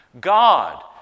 God